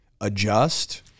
adjust